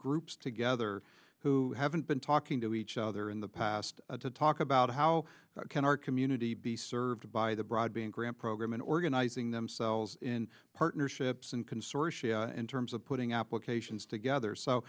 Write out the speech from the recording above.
groups together who haven't been talking to each other in the past to talk about how can our community be served by the broadband grant program in organizing themselves in partnerships in consortium in terms of putting applications together so